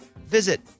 visit